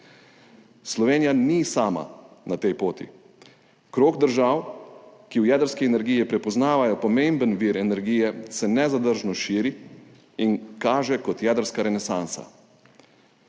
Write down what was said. Slovenija ni sama na tej poti. Krog držav, ki v jedrski energiji prepoznavajo pomemben vir energije, se nezadržno širi in kaže kot jedrska renesansa.